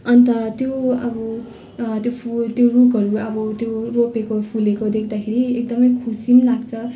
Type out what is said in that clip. अन्त त्यो अब त्यो फुल त्यो रुखहरू अब त्यो रोपेको फुलेको देख्दाखेरि एकदमै खुसी लाग्छ